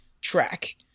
track